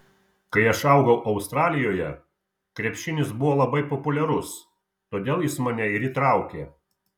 kai aš augau australijoje krepšinis buvo labai populiarus todėl jis mane ir įtraukė